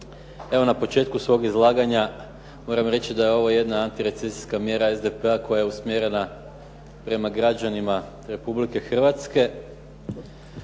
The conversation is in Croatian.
Evo na početku svog izlaganja moram reći da je ovo jedna antirecesijska mjera SDP-a koja je usmjerena prema građanima Republike Hrvatske